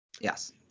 Yes